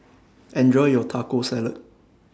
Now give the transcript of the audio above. Enjoy your Taco Salad